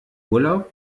urlaub